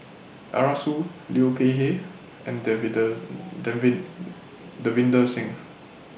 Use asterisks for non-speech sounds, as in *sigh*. Arasu Liu Peihe and Davinder's *unintelligible* Davinder Singh